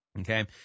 Okay